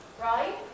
right